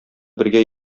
бергә